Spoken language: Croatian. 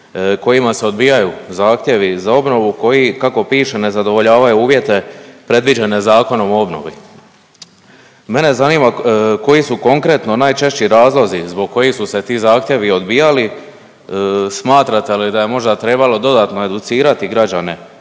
kojima se odbijaju zahtjevi za obnovu koji kako piše ne zadovoljavaju uvjete predviđene Zakonom o obnovi. Mene zanima koji su konkretno najčešći razlozi zbog kojih su se ti zahtjevi odbijali? Smatrate li da je možda trebalo dodatno educirati građane